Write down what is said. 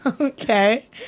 Okay